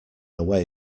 away